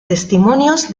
testimonios